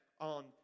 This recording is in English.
on